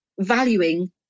valuing